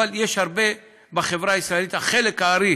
אבל יש הרבה בחברה הישראלית, חלק הארי